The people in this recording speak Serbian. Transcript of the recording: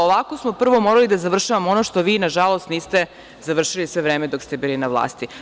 Ovako smo prvo morali da završavamo ono što vi, nažalost, niste završili sve vreme dok ste bili na vlasti.